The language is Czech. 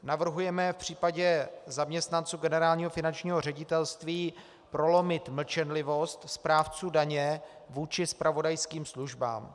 Navrhujeme v případě zaměstnanců Generálního finančního ředitelství prolomit mlčenlivost správců daně vůči zpravodajským službám.